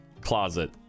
closet